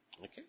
Okay